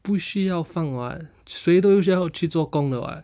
不需要放 [what] 谁都是需要去做工的 [what]